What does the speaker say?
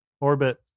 orbit